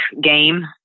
game